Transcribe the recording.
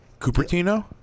Cupertino